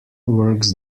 works